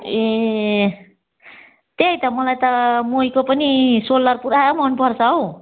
ए त्यही त मलाई त महीको पनि सोल्लर पुरा मन पर्छ हौ